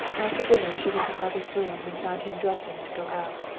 after dinner she went to harvey's room and found him dressing to go out.